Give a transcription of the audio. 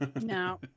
no